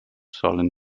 solen